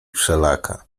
wszelaka